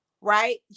right